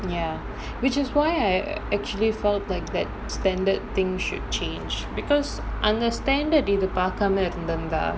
ya which is why I actually felt like that standard thing should change because under standard இந்த பக்கமா இருந்திருந்தா:intha pakamaa irunthiruntha